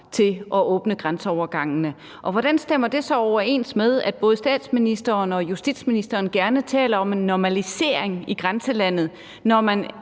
til at åbne grænseovergangene? Og hvordan stemmer det overens med, at både statsministeren og justitsministeren gerne taler om en normalisering i grænselandet, når man